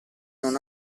non